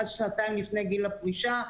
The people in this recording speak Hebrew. עד שנתיים לפני גיל הפרישה,